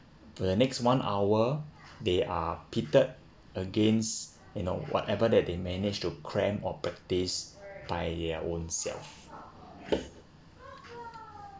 for the next one hour they are pitted against you know whatever that they managed to cramp or practice by their own self